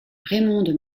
raymonde